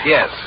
Yes